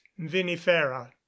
vinifera